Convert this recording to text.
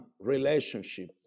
relationship